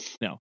no